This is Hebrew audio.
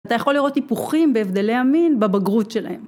אתה יכול לראות היפוכים בהבדלי המין בבגרות שלהם.